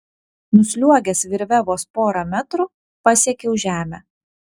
nusliuogęs virve vos porą metrų pasiekiau žemę